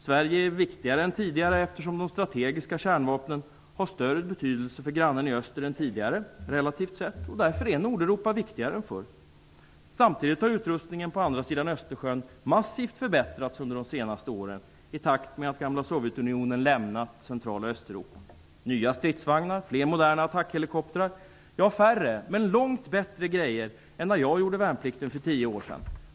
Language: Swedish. Sverige är viktigare än tidigare, eftersom de strategiska kärnvapnen har större betydelse för grannen i öster än tidigare -- relativt sett. Därför är Nordeuropa viktigare än förr. Samtidigt har utrustningen på andra sidan Östersjön massivt förbättrats under de senaste åren, i takt med att det gamla Sovjetunionen lämnat Central och Östeuropa: nya stridsvagnar och fler moderna attackhelikoptrar -- ja, färre, men långt bättre grejer än när jag gjorde värnplikten för tio år sedan.